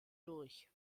durch